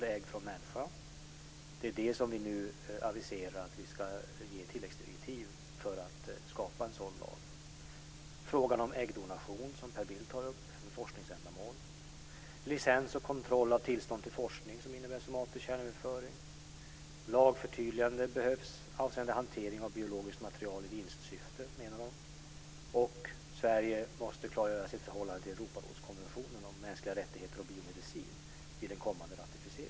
Det är för att skapa en sådan lag som vi nu aviserar att vi ska ge tilläggsdirektiv. Frågan om äggdonation för forskningsändamål, som Per Bill tar upp. Licens och kontroll av tillstånd till forskning som innebär somatisk kärnöverföring. Lagförtydligande behövs avseende hantering av biologiskt material i vinstsyfte, menar Vetenskapsrådet. Och Sverige måste klargöra sitt förhållande till Europarådskonventionen om mänskliga rättigheter och biomedicin vid en kommande ratificering.